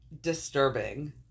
disturbing